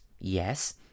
Yes